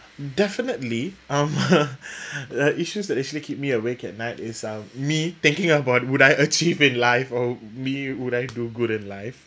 definitely uh uh issues that actually keep me awake at night is uh me thinking about would I achieve in life or me would I do good in life